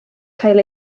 cael